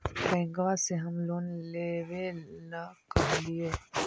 बैंकवा से हम लोन लेवेल कहलिऐ?